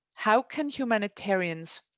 how can humanitarians,